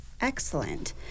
excellent